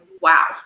wow